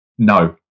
No